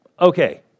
okay